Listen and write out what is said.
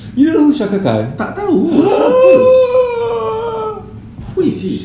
tak tahu siapa who is he